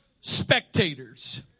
spectators